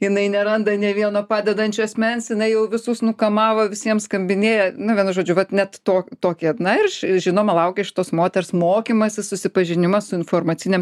jinai neranda nė vieno padedančio asmens jinai jau visus nukamavo visiems skambinėja nu vienu žodžiu vat net to tokie na ir iš žinoma laukia iš tos moters mokymasis susipažinimas su informacinėm